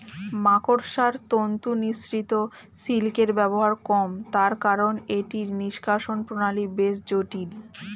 মাকড়সার তন্তু নিঃসৃত সিল্কের ব্যবহার কম, তার কারন এটির নিষ্কাশণ প্রণালী বেশ জটিল